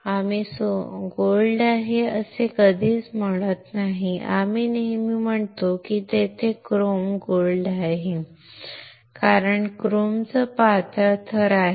आम्ही सोने आहे असे कधीच म्हणत नाही आम्ही नेहमी म्हणतो की तेथे क्रोम सोने आहे कारण क्रोमचा पातळ थर आहे